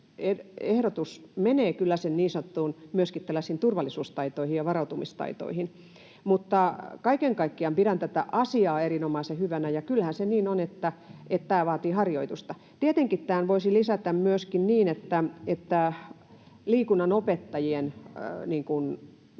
sanottuihin tällaisiin turvallisuustaitoihin ja varautumistaitoihin. Kaiken kaikkiaan pidän tätä asiaa erinomaisen hyvänä. Kyllähän se niin on, että tämä vaatii harjoitusta. Tietenkin tähän voisi lisätä myöskin sen, että liikunnanopettajien